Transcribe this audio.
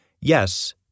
Yes